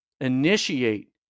initiate